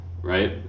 Right